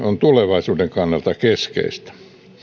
on tulevaisuuden kannalta keskeistä